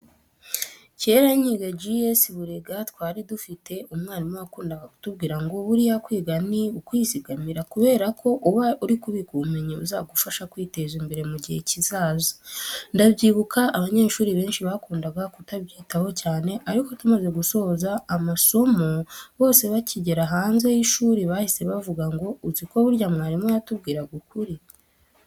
Kera nkiga G.S Burega twari dufite umwarimu wakundaga kutubwira ngo buriya kwiga ni ukwizigamira kubera ko uba uri kubika ubumenyi buzagufasha kwiteza imbere mu gihe kizaza. Ndabyibuka abanyeshuri benshi bakundaga kutabyitaho cyane ariko tumaze gusoza amasomo bose bakigera hanze y'ishuri bahise bavuga ngo uziko burya mwarimu yatubwiraga ukuri.